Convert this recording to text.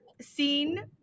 seen